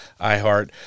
iHeart